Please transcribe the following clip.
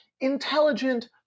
intelligent